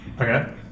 okay